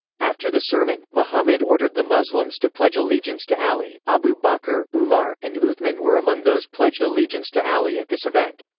after the sermon, muhammad ordered the muslims to pledge allegiance to ali abu bakr, umar, and uthman were among those pledged allegiance to ali at this event.